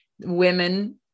Women